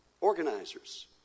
organizers